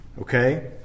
Okay